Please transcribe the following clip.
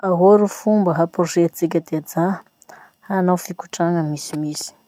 Ahoa ro fomba hamporosihatsika ty ajà hanao fikotrana misimisy?